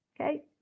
Okay